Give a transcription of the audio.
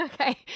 okay